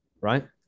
right